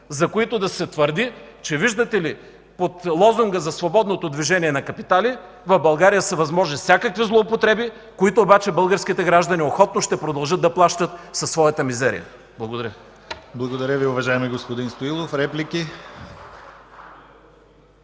за които да се твърди, че видите ли, под лозунга за свободното движение на капитали в България са възможни всякакви злоупотреби, които обаче българските граждани охотно ще продължат да плащат със своята мизерия! Благодаря. (Частични ръкопляскания